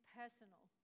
personal